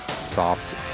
soft